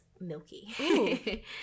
Milky